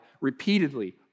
repeatedly